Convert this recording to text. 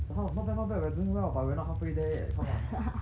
so how not bad not bad we are doing well but we are not halfway there yet come on